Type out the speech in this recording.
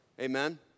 Amen